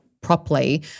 properly